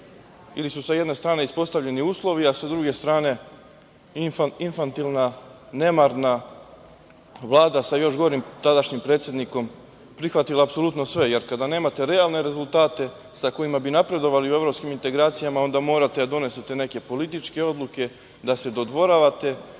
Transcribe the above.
ili su sa jedne strane ispostavljeni uslovi, a sa druge strane infantilna, nemarna Vlada sa još gorim, tadašnjim predsednikom prihvatila apsolutno sve, jer kada nemate realne rezultate sa kojima bi napredovali u evropskim integracijama onda morate da donesete neke političke odluke, da se dodvoravate